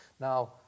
Now